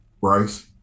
Bryce